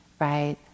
right